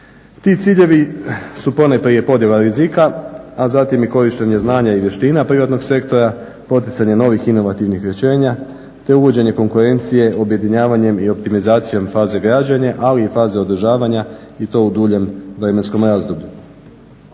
Ti ciljevi su ponajprije podjela rizika, a zatim korištenje znanja i vještina privatnog sektora, poticanje novih inovativnih rješenja te uvođenje konkurencije objedinjavanjem i optimizacijom faze građenje ali i faze održavanja i to u duljem vremenskom razdoblju.